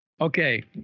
Okay